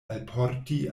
alporti